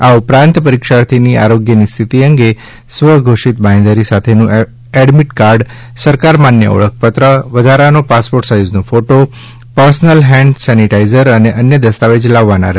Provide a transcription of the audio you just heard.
આ ઉપરાંત પરિક્ષાર્થીની આરોગ્યની સ્થિતિ અંગે સ્વ ઘોષિત બાંયધરી સાથેનું એડમીટ કાર્ડ સરકાર માન્ય ઓળખપત્ર વધારાનો passport size photo personal hand sanitizer અને અન્ય દસ્તાવેજ લાવવાના રહેશે